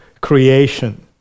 creation